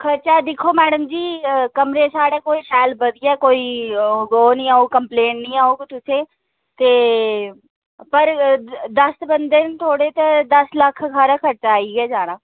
खर्चा दिक्खो मैडम जी कमरे साढ़े कोल शैल बधिया कोई ओह् नी औग कम्पलेन नी औग तुसेंगी ते पर दस बंदे न थोह्ड़े ते दस लक्ख हारा खर्चा आई गै जाना